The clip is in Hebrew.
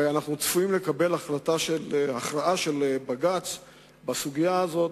וצפויה הכרעה של בג"ץ בסוגיה הזאת,